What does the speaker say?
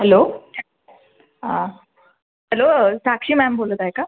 hello hello Sakshi ma'am बोलत आहे का